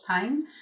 pain